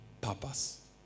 purpose